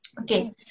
Okay